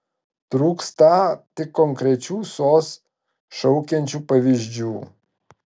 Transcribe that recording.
trūkstą tik konkrečių sos šaukiančių pavyzdžių